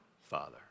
Father